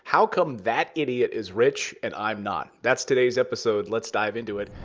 how come that idiot is rich and i'm not? that's today's episode. let's dive into it.